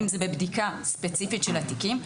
אם זה בבדיקה ספציפית של התיקים.